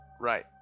Right